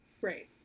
right